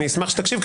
אני אשמח שתקשיב,